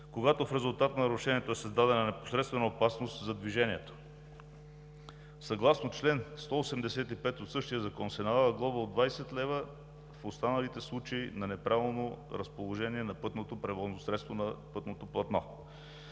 когато в резултат на нарушението е създадена непосредствена опасност за движението. Съгласно чл. 185 от същия закон се налага глоба от 20 лв. в останалите случаи на неправилно разположение на пътното превозно средство на пътното платно.